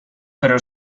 però